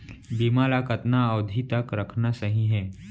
बीमा ल कतना अवधि तक रखना सही हे?